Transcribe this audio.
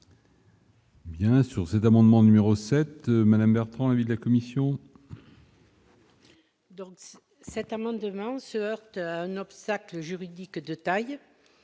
Bien sûr, cet amendement numéro 7 madame Bertrand l'avis de la commission. Donc cet amendement se heurte à un obstacle juridique de taille